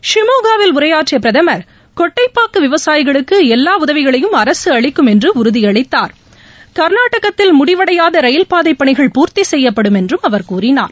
ஷிமோகாவில் உரையாற்றிய பிரதமர் கொட்டைபாக்கு விவசாயிகளுக்கு எல்லா உதவிகளையும் அரசு அளிக்கும் என்று உறுதியளித்தால் கா்நாடகத்தில் முடிவடையாத ரயில் பாதை பணிகள் பூர்த்தி செய்யப்படும் என்றும் அவர் கூறினார்